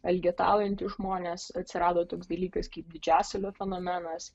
elgetaujantys žmonės atsirado toks dalykas kaip didžiasalio fenomenas